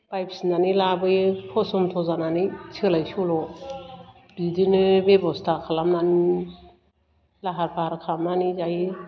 बायफिन्नानै लाबोयो फसंथ' जानानै सोलाय सोल' बिदिनो बेब'स्था खालामनानै लाहार फाहार खालामनानै जायो